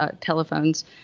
telephones